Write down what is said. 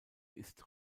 ist